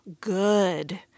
good